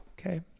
Okay